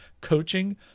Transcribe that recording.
coaching